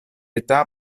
età